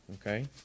okay